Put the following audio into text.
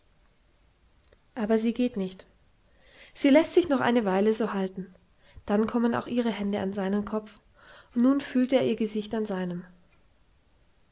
aber sie geht nicht sie läßt sich noch eine weile so halten dann kommen auch ihre hände an seinen kopf und nun fühlt er ihr gesicht an seinem